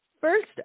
first